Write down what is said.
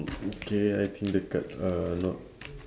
okay I think the card are not